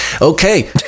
Okay